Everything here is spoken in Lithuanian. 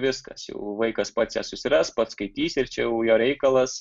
viskas jau vaikas pats ją susiras pats skaitys ir čia jau jo reikalas